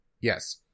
Yes